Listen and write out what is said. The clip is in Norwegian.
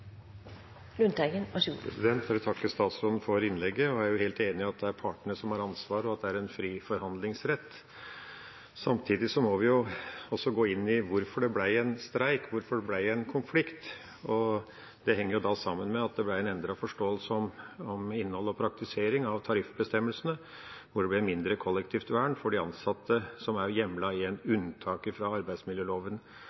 helt enig i at det er partene som har ansvaret, og at det er fri forhandlingsrett. Samtidig må vi også gå inn i hvorfor det ble en streik – hvorfor det ble en konflikt. Det henger sammen med at det ble en endret forståelse om innholdet og praktiseringen av tariffbestemmelsene, hvor det ble mindre kollektivt vern for de ansatte som er hjemlet i unntak fra arbeidsmiljøloven. Det er det som er noe av det sentrale. Når en